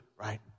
right